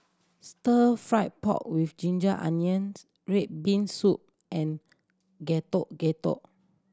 Stir Fried Pork With Ginger Onions red bean soup and Getuk Getuk